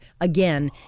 again